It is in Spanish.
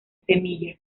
semilla